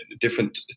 different